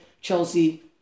Chelsea